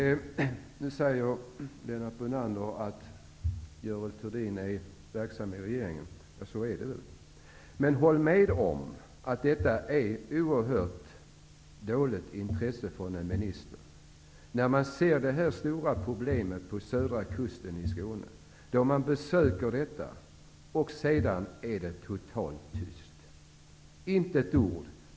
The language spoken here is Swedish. Nu säger Lennart Brunander att Görel Thurdin är verksam i regeringen. Ja, så är det väl. Men håll med om att det är uttryck för ett oerhört dåligt intresse från en minister att först göra ett besök och se det stora problemet på södra kusten i Skåne och sedan bara förhålla sig helt passiv. Inte ett ord har hörts från Görel Thurdin i den här frågan!